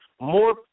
more